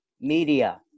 media